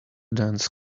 dense